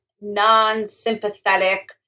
non-sympathetic